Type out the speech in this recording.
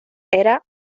era